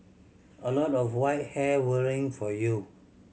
a lot of white hair worrying for you